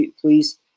please